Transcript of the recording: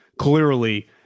clearly